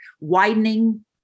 widening